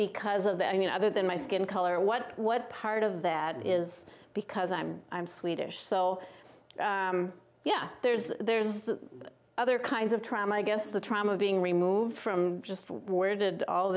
because of the you know other than my skin color what what part of that is because i'm i'm swedish so yeah there's there's other kinds of trauma i guess the trauma of being removed from just where did all